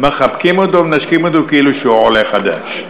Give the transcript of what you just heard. מחבקים אותו ומנשקים אותו כאילו שהוא עולה חדש.